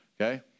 Okay